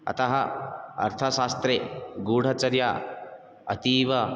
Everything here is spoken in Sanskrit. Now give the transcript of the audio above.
अतः अर्थशास्त्रे गूढचर्या अतीव